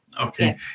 Okay